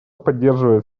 поддерживает